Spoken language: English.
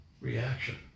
Reaction